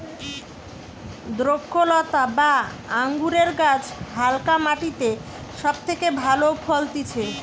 দ্রক্ষলতা বা আঙুরের গাছ হালকা মাটিতে সব থেকে ভালো ফলতিছে